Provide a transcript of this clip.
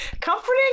Comforting